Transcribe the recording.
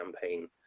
campaign